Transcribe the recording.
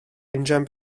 injan